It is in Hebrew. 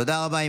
תודה רבה.